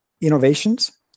innovations